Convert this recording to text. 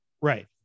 Right